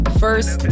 first